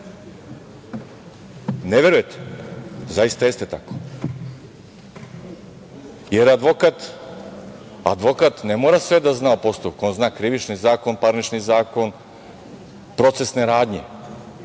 verujete? Zaista je tako, jer advokat ne mora sve da zna o postupku. On zna Krivični zakon, Parnični zakon, procesne radnje,